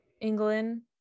england